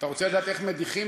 אתה רוצה לדעת איך מדיחים.